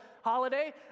holiday